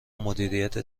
مدیریت